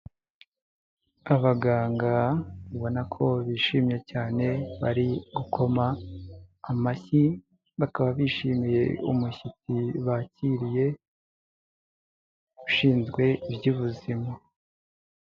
Abaganga ubona ko bishimye cyane bari gukoma amashyi, bakaba bishimiye umushyitsi bakiriye ushinzwe iby'ubuzima.